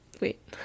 Wait